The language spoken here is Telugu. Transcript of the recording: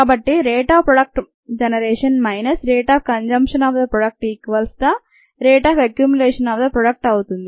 కాబట్టి rate of product generation minus rate of consumption of the product equals the rate of accumulation of the product అవుతుంది